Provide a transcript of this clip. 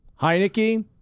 Heineke